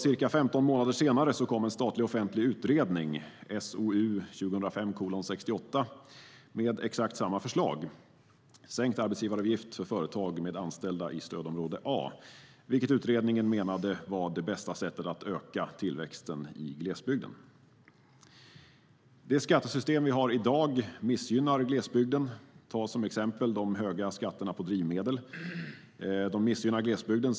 Ca 15 månader senare kom en statlig offentlig utredning, SOU 2005:68, med exakt samma förslag - sänkt arbetsgivaravgift för företag med anställda i stödområde A, vilket utredningen menade var det bästa sättet att öka tillväxten i glesbygden. Det skattesystem vi har i dag missgynnar glesbygden. Som exempel kan vi ta de höga skatterna på drivmedel.